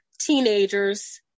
teenagers